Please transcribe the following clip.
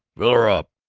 fill er up.